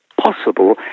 possible